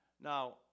Now